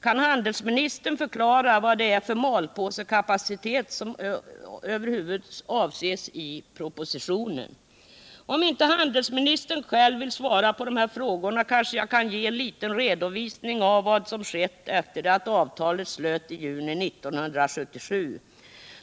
Kan handelsministern förklara vad det är för malpåsekapacitet som avses i propositionen? Om inte handelsministern själv vill svara på de frågorna kanske jag kan ge en liten redovisning av vad som skett efter det att avtalet slöts i juni 1977.